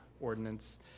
ordinance